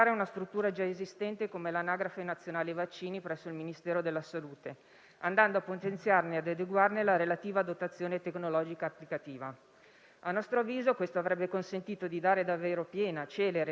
A nostro avviso, questo avrebbe consentito di dare davvero piena, celere e trasparente attuazione al piano straordinario dei vaccini per la prevenzione delle infezioni da SARS-CoV-2 e avrebbe consentito a una struttura, già pronta e implementata come da necessità,